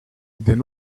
then